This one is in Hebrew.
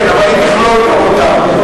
כן, אבל היא תכלול גם אותם.